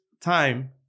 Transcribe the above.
time